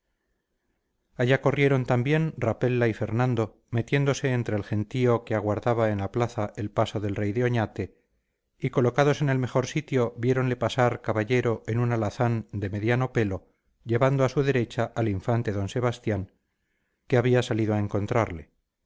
allá corrieron también rapella y fernando metiéndose entre el gentío que aguardaba en la plaza el paso del rey de oñate y colocados en el mejor sitio viéronle pasar caballero en un alazán de mediano pelo llevando a su derecha al infante d sebastián que había salido a encontrarle